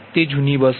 તે જૂની બસ છે